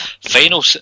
Final